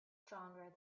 stronger